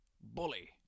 bully